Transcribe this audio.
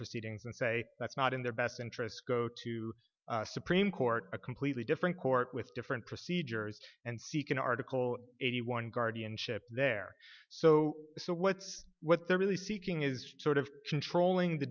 proceeding and say that's not in their best interests go to supreme court a completely different court with different procedures and seek an article eighty one guardianship there so what's what they're really seeking is sort of controlling the